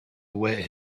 await